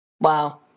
Wow